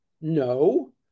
no